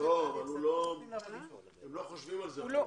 הם אפילו לא חושבים על זה.